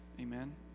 Amen